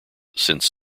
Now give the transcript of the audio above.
since